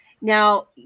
Now